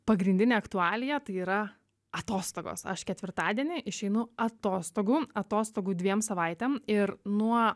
pagrindinė aktualija tai yra atostogos aš ketvirtadienį išeinu atostogų atostogų dviem savaitėm ir nuo